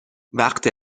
وقت